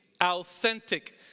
authentic